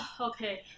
Okay